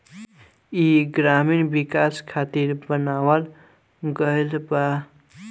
ई ग्रामीण विकाश खातिर बनावल गईल बा